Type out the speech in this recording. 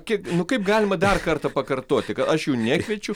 kiek kaip galima dar kartą pakartoti kad aš jų nekviečiu